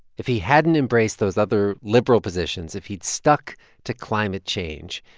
if he hadn't embraced those other liberal positions, if he'd stuck to climate change,